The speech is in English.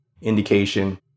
indication